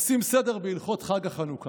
עושים סדר בהלכות חג החנוכה.